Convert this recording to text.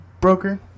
broker